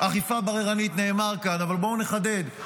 אכיפה בררנית נאמר כאן, אבל בואו נחדד.